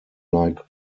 like